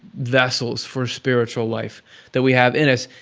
vessels for spiritual life that we have in us.